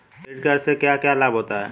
Credit card से क्या क्या लाभ होता है?